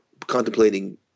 contemplating